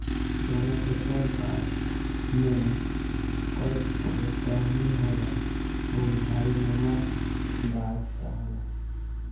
जौना छोटका गाछ में कई ठो टहनी होला उ झाड़ीनुमा गाछ कहाला